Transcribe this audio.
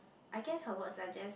I guess her words are just